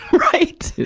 right.